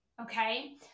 Okay